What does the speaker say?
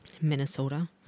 Minnesota